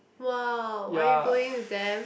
wow are you going with them